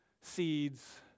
seeds